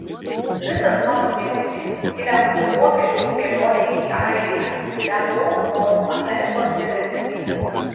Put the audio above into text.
visas mano dėmesys skiriamas popiežiaus kelionei į airiją kurią daug rodo amerikos televizija